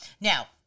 Now